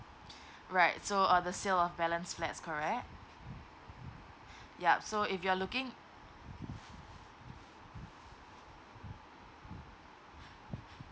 right so uh the sale of balance flats correct yup so if you are looking